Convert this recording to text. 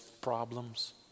problems